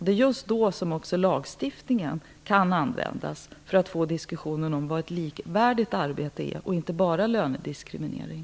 Det är i sådana fall lagstiftningen kan användas, för att få diskussion om vad ett likvärdigt arbete är - inte enbart lönediskriminering.